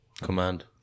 command